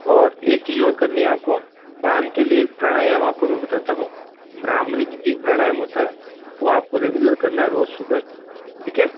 और एक चीज़ और करनी है आप को कान के लिए एक प्राणायाम आप को मैं बताता हूँ ब्राह्मरी कर के प्राणायाम होता है वो आप को रेगुलर करना है रोज़ सुबह ठीक है